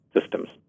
systems